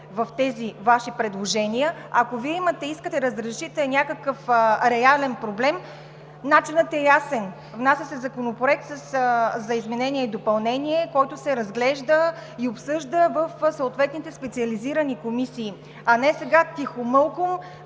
в тези Ваши предложения? Ако Вие искате да разрешите някакъв реален проблем, начинът е ясен – внася се законопроект за изменение и допълнение, който се разглежда и обсъжда в съответните специализирани комисии, а не сега тихомълком,